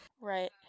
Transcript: Right